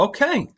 Okay